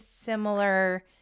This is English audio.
similar